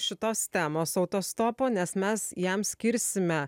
šitos temos autostopo nes mes jam skirsime